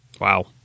Wow